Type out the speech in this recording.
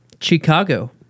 Chicago